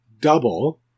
double